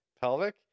pelvic